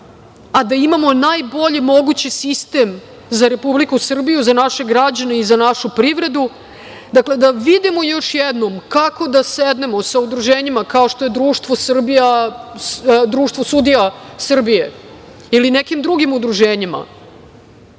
a da imamo najbolje mogući sistem za Republiku Srbiju, za naše građane i za našu privredu. Dakle, da vidimo još jednom, kako da sednemo sa udruženjima kao što je Društvo sudija Srbije, ili nekim drugim udruženjima,